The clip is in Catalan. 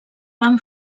van